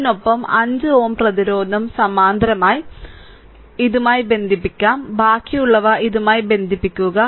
ഇതിനൊപ്പം 5 Ω പ്രതിരോധം സമാന്തരമായി 5 Ω പ്രതിരോധം ഇതുമായി ബന്ധിപ്പിക്കും ബാക്കിയുള്ളവ ഇതുമായി ബന്ധിപ്പിക്കുക